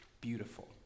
beautiful